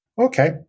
Okay